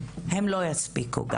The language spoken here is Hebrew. הם לא יספיקו.